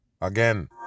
again